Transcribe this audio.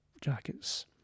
jackets